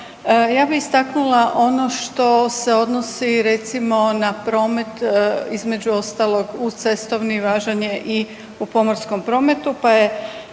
Ja bi istaknula ono što se odnosi recimo na promet između ostalog uz cestovni važan je i u pomorskom prometu